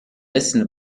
wissen